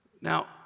Now